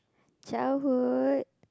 childhood